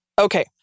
Okay